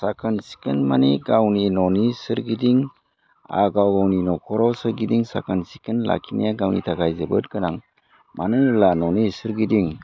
साखोन सिखोन माने गावनि न'नि सोरगिदिं गाव गावनि न'खराव सोरगिदिं साखोन सिखोन लाखिनाया गावनि थाखाय जोबोद गोनां मानो होनोब्ला न'नि सोरगिदिं